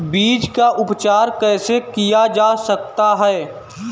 बीज का उपचार कैसे किया जा सकता है?